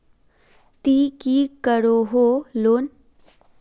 ती की करोहो लोन?